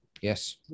Yes